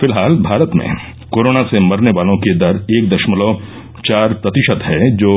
फिलहाल भारत में कोरोना से मरने वालों की दर एक दशमलव चार प्रतिशत है जो